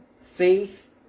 faith